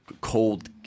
cold